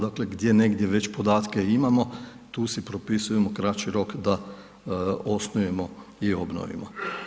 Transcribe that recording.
Dakle, gdje negdje već podatke imamo tu si propisujemo kraći rok da osnujemo i obnovimo.